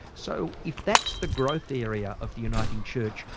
so, if that's the growth area of the uniting church,